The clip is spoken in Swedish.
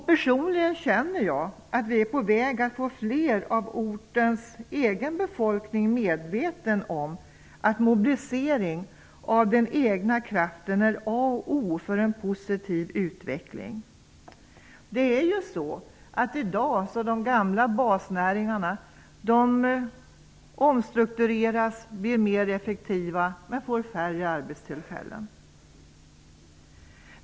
Personligen känner jag att vi är på väg att göra flera personer i ortens egen befolkning medvetna om att mobilisering av den egna kraften är A och O för en positiv utveckling. I dag omstrukteras de gamla basnäringarna. De blir mer effektiva men får färre arbetstillfällen.